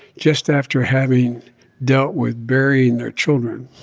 just after having dealt with burying their children